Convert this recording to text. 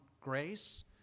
grace